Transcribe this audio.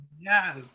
Yes